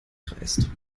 kreist